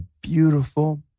beautiful